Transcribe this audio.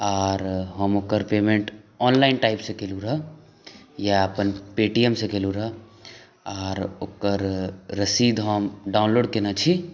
आओर हम ओकर पेमेण्ट ऑनलाइन टाइपसँ केलहुँ रहै या अपन पेटीएमसँ केलहुँ रहै आओर ओकर रसीद हम डाउनलोड केने छी